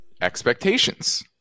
expectations